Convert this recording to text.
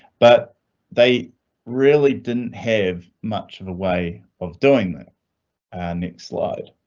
but they really didn't have much of a way of doing that and next slide,